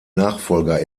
nachfolger